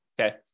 okay